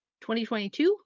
2022